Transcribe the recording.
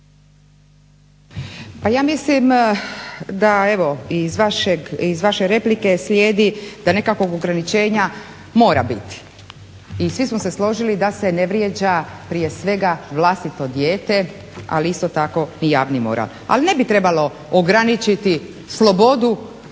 Pa ja mislim da evo i iz vaše replike slijedi da nekakvog ograničenja mora biti i svi smo se složili da se ne vrijeđa prije svega vlastito dijete, ali isto tako i javni moral. Ali ne bi trebalo ograničiti slobodu